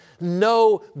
No